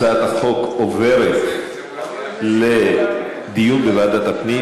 הצעת החוק עוברת לדיון בוועדת הפנים